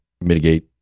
mitigate